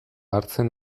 hartzen